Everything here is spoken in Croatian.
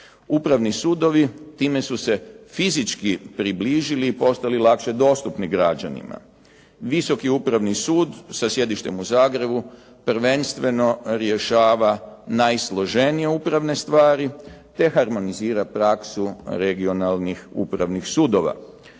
Upravni sudovi time su se fizički približili i postali lakše dostupni građanima. Visoki upravni sud sa sjedištem u Zagrebu prvenstveno rješava najsloženije upravne stvari te harmonizira praksu regionalnih upravnih sudova.